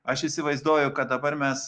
aš įsivaizduoju kad dabar mes